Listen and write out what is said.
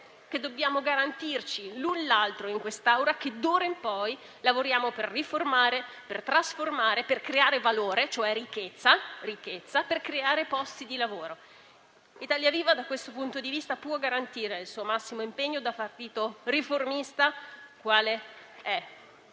dobbiamo garantirci l'un l'altro in quest'Aula che, d'ora in poi, lavoreremo per riformare, per trasformare, per creare valore, cioè ricchezza, per creare posti di lavoro. Da questo punto di vista Italia Viva-PSI può garantire il suo massimo impegno, da partito riformista quale è.